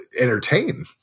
entertain